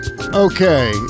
Okay